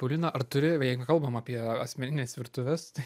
paulina ar turi jeigu kalbam apie asmenines virtuves tai